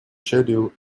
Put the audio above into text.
schedule